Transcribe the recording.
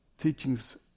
Teachings